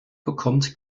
bekommt